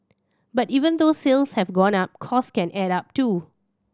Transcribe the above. but even though sales have gone up costs can add up too